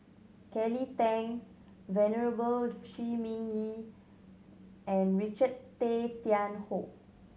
Kelly Tang Venerable Shi Ming Yi and Richard Tay Tian Hoe